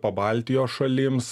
pabaltijo šalims